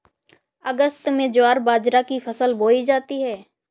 अगस्त में ज्वार बाजरा की फसल बोई जाती हैं